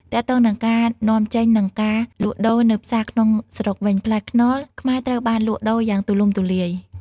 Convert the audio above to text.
ទាក់ទងនឹងការនាំចេញនិងការលក់ដូរនៅផ្សារក្នុងស្រុកវិញ ផ្លែខ្នុរខ្មែរត្រូវបានលក់ដូរយ៉ាងទូលំទូលាយ។